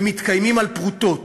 ומתקיימים על פרוטות.